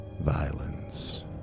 violence